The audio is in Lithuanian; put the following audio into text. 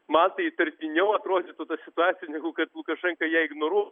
man tai įtartiniau atrodytų ta situacija negu kad lukašenka ją ignoruotų